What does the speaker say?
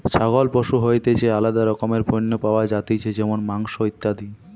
ছাগল পশু হইতে যে আলাদা রকমের পণ্য পাওয়া যাতিছে যেমন মাংস, ইত্যাদি